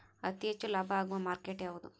ಅತಿ ಹೆಚ್ಚು ಲಾಭ ಆಗುವ ಮಾರ್ಕೆಟ್ ಯಾವುದು?